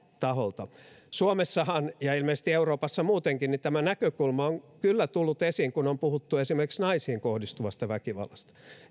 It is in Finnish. taholta suomessahan ja ilmeisesti euroopassa muutenkin tämä näkökulma on kyllä tullut esiin kun on puhuttu esimerkiksi naisiin kohdistuvasta väkivallasta